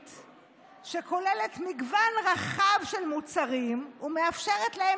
שכוללת מגוון רחב של מוצרים ומאפשרת להם